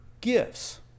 gifts